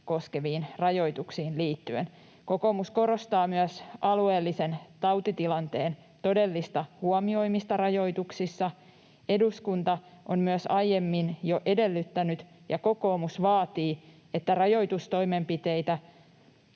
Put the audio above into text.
koskeviin rajoituksiin liittyen. Kokoomus korostaa myös alueellisen tautitilanteen todellista huomioimista rajoituksissa. Myös eduskunta on jo aiemmin edellyttänyt ja kokoomus vaatii, että rajoitustoimenpiteitä